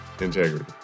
Integrity